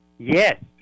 Yes